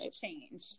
change